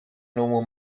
normal